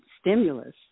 stimulus